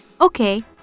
Okay